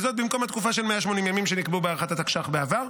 וזאת במקום התקופה של 180 ימים שנקבעו בהארכת התקש"ח בעבר,